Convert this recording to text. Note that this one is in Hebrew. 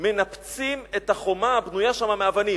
מנפצים את החומה הבנויה שם מאבנים.